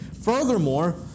furthermore